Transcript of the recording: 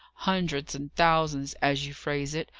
hundreds and thousands, as you phrase it,